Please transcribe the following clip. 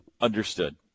Understood